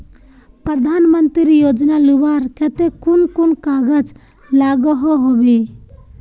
प्रधानमंत्री योजना लुबार केते कुन कुन कागज लागोहो होबे?